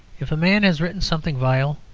if a man has written something vile,